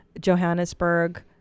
johannesburg